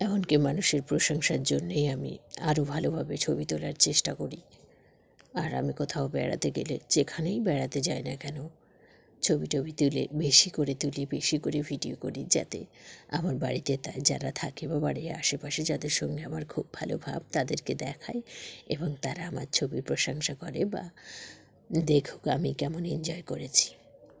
এমনকি মানুষের প্রশংসার জন্যেই আমি আরও ভালোভাবে ছবি তোলার চেষ্টা করি আর আমি কোথাও বেড়াতে গেলে যেখানেই বেড়াতে যাই না কেন ছবি টবি তুলে বেশি করে তুলি বেশি করে ভিডিও করি যাতে আমার বাড়িতে যারা থাকে বা বাড়ির আশেপাশে যাদের সঙ্গে আমার খুব ভালো ভাব তাদেরকে দেখাই এবং তারা আমার ছবির প্রশংসা করে বা দেখুক আমি কেমন এনজয় করেছি